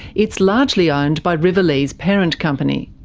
it's largely owned by rivalea's parent company.